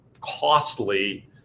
costly